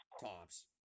Tops